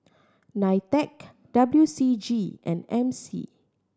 NITEC W C G and M C